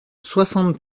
soixante